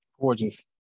Gorgeous